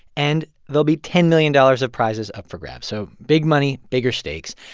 and there'll be ten million dollars of prizes up for grabs, so big money, bigger stakes.